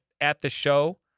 at-the-show